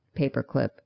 paperclip